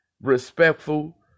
respectful